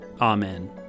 Amen